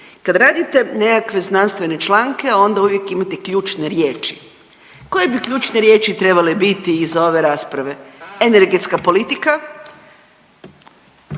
Kad radite nekakve znanstvene članke onda uvijek imate ključne riječi. Koje bi ključne riječi trebale biti iza ove rasprave? Energetska politika,